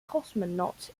cosmonauts